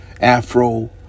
Afro